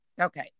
Okay